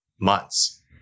months